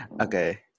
Okay